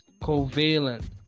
covalent